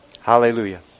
Hallelujah